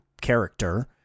character